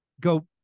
go